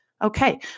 Okay